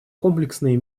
комплексные